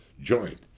joint